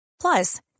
Plus